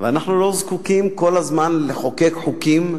ואנחנו לא זקוקים כל הזמן לחוקק חוקים,